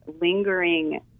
Lingering